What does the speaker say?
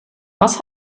was